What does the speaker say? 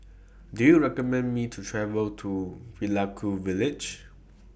Do YOU recommend Me to travel to Vaiaku Village